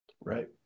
Right